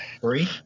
Three